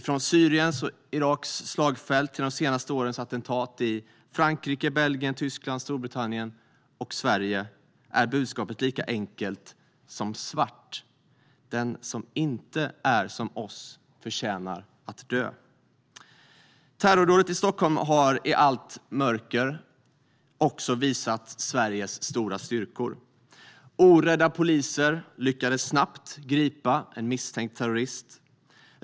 Från Syriens och Iraks slagfält till de senaste årens attentat i Frankrike, Belgien, Tyskland, Storbritannien och Sverige är budskapet lika enkelt som svart: Den som inte är som vi förtjänar att dö. Terrordådet i Stockholm har i allt mörker också visat Sveriges stora styrkor. Orädda poliser lyckades snabbt gripa en misstänkt terrorist.